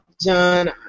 John